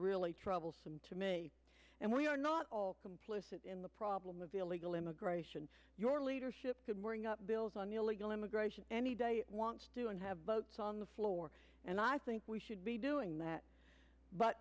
really troublesome to me and we are not all complicit in the problem of illegal immigration your leadership could wearing up bills on illegal immigration any day i want to do and have votes on the floor and i think we should be doing that but